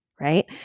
right